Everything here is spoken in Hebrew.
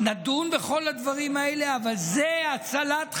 נדון בכל הדברים האלה, אבל זאת הצלת חיים,